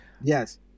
yes